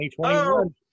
2021